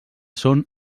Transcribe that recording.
són